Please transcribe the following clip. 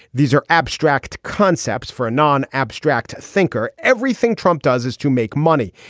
these are abstract concepts for a non abstract thinker. everything trump does is to make money.